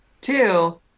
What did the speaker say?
Two